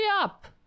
up